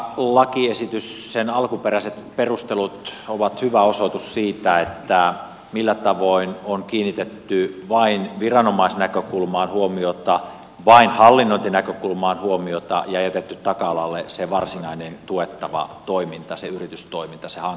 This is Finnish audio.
tämän lakiesityksen alkuperäiset perustelut ovat hyvä osoitus siitä millä tavoin on kiinnitetty vain viranomaisnäkökulmaan huomiota vain hallinnointinäkökulmaan huomiota ja jätetty taka alalle se varsinainen tuettava toiminta se yritystoiminta se hanketoiminta